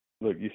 Look